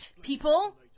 people